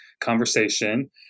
conversation